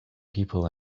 people